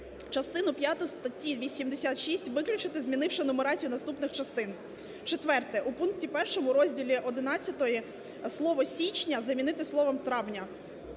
Частину п'яту статті 86 виключити, змінивши нумерацію наступних частин. Четверте. У пункті 1 розділу ХІ слово "січня" замінити словом "травня".